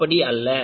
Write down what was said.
அப்படி அல்ல